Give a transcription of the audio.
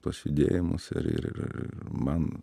tuos judėjimus ir ir ir man